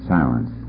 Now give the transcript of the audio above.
silence